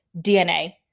DNA